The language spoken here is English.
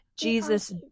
Jesus